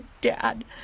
Dad